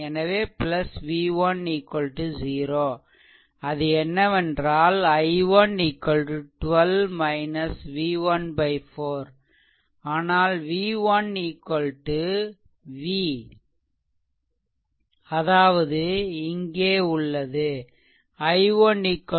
அது என்னவென்றால் i1 12 v1 4 ஆனால் v1 v1 v அதாவது இங்கே உள்ளது i1 12 v 4